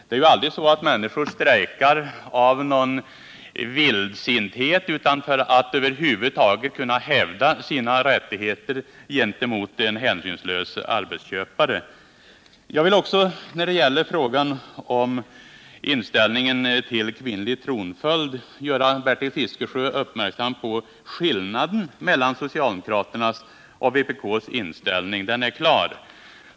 Det är ju aldrig så att människor strejkar av någon vildsinthet, utan de strejkar för att över huvud taget kunna hävda sina rättigheter gentemot en hänsynslös arbetsköpare. Jag vill också när det gäller frågan om inställningen till kvinnlig tronföljd göra Bertil Fiskesjö uppmärksam på skillnaden mellan socialdemokraternas och vpk:s inställning. Den är klar.